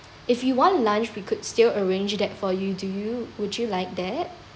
if you want lunch we could still arrange that for you do you would you like that